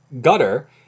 Gutter